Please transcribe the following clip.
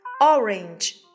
Orange